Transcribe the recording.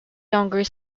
younger